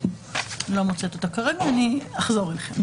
אני לא מוצאת אותה כרגע אז אחזור אליכם.